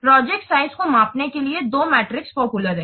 project size को मापने के लिए दो मैट्रिक्स पॉपुलर हैं